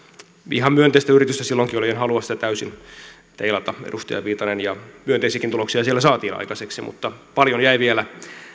ihan myönteistä yritystä silloinkin oli en halua sitä täysin teilata edustaja viitanen ja myönteisiäkin tuloksia siellä saatiin aikaiseksi mutta paljon jäi vielä